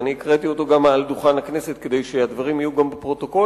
ואני הקראתי אותו גם מעל דוכן הכנסת כדי שהדברים יהיו גם בפרוטוקול,